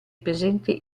presente